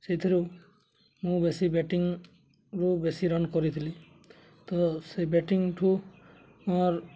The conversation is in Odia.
ସେଇଥିରୁ ମୁଁ ବେଶୀ ବ୍ୟାଟିଂରୁ ବେଶୀ ରନ୍ କରିଥିଲି ତ ସେ ବ୍ୟାଟିଂଠୁ ମୋର